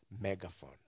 megaphone